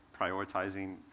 prioritizing